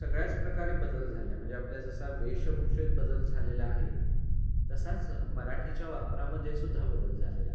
सगळ्याच प्रकारे बदल झाला आहे म्हणजे आपल्या जसा वेशभूषेत बदल झालेला आहे तसाच मराठीच्या वापरामध्ये सुद्धा बदल झालेला आहे